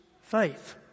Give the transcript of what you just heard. faith